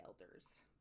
elders